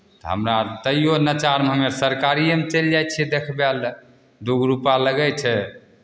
हमरा तैओ लाचारमे हमे सरकारिएमे चलि जाइ छियै देखबय लए दू गो रुपैआ लगै छै